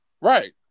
Right